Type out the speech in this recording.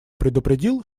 предупредил